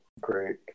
great